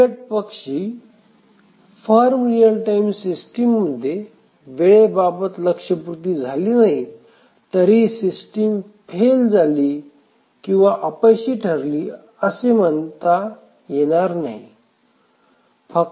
उलटपक्षी firm real time सिस्टीममध्ये वेळे बाबत लक्ष्यपूर्ती झाली नाही तरीही सिस्टीम फेल झाली किंवा अपयशी ठरलि असे म्हणत नाहीत